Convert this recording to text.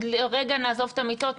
רגע נעזוב את המיטות,